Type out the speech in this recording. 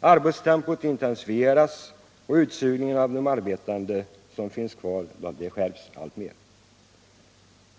Arbetstempot intensifieras och utsugningen av de arbetande som finns kvar skärps alltmer.